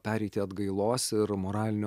pereiti atgailos ir moralinio